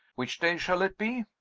which day shall it be?